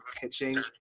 pitching